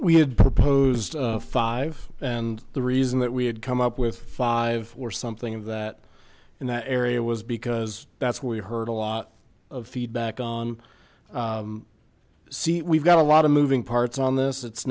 we had proposed five and the reason that we had come up with five or something of that in that area was because that's we heard a lot of feedback on c we've got a lot of moving parts on this it's